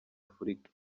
afurika